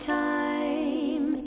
time